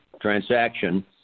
transaction